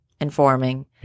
informing